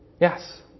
Yes